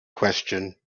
question